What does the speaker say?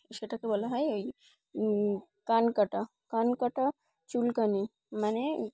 সেটাকে বলা হয় ওই কান কাটা কান কাটা চুলকানি মানে